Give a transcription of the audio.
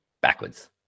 backwards